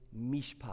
mishpat